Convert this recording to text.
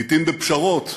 לעתים בפשרות,